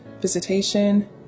visitation